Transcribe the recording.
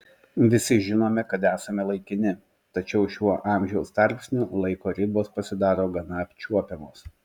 visi žinome kad esame laikini tačiau šiuo amžiaus tarpsniu laiko ribos pasidaro gana apčiuopiamos